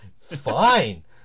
Fine